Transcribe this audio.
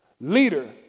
leader